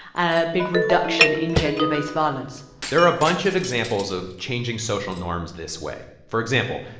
a big reduction in gender-based violence there are a bunch of examples of changing social norms this way for example,